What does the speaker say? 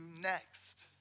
next